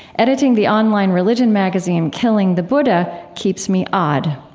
editing the online religion magazine, killing the buddha, keeps me odd.